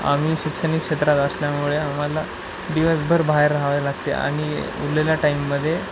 आम्ही शैक्षणिक क्षेत्रात असल्यामुळे आम्हाला दिवसभर बाहेर रहावे लागते आणि उरलेल्या टाइममध्ये